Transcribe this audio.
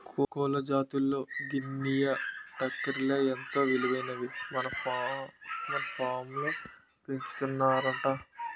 కోళ్ల జాతుల్లో గినియా, టర్కీలే ఎంతో విలువైనవని మా ఫాంలో పెంచుతున్నాంరా